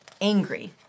angry